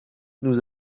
nous